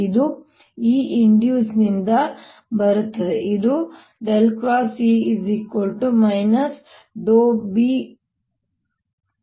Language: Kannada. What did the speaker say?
ಇದು induced ನಿಂದ ಬರುತ್ತದೆ ಇದು E B∂t ಸಮನಾಗಿರುತ್ತದೆ